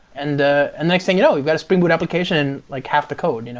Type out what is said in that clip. and the and next thing you know, we've got a spring boot application like half the code, you know